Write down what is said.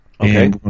Okay